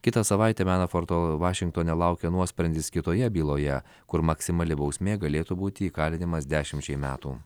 kitą savaitę menaforto vašingtone laukia nuosprendis kitoje byloje kur maksimali bausmė galėtų būti įkalinimas dešimčiai metų